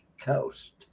Coast